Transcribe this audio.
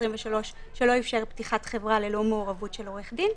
23 שלא אפשר פתיחת חברה ללא מעורבות של עורך-דין,